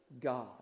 God